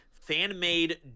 fan-made